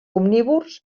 omnívors